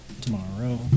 tomorrow